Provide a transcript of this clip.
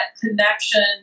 connection